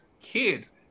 kids